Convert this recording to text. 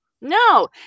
No